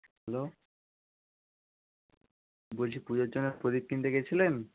hello বলছি পুজোর জন্য প্রদীপ কিনতে গেছিলেন